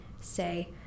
say